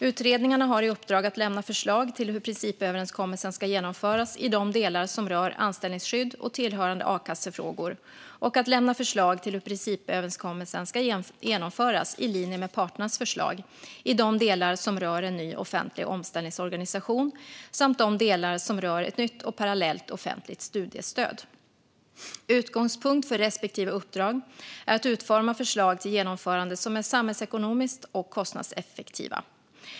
Utredningarna har i uppdrag att lämna förslag till hur principöverenskommelsen ska genomföras i de delar som rör anställningsskydd och tillhörande a-kassefrågor och att lämna förslag till hur principöverenskommelsen ska genomföras i linje med parternas förslag i de delar som rör en ny offentlig omställningsorganisation samt de delar som rör ett nytt och parallellt offentligt studiestöd. Utgångspunkt för respektive uppdrag är att utforma förslag till genomförande som är samhällsekonomiskt effektiva och kostnadseffektiva.